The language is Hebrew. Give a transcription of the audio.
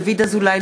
דוד אזולאי,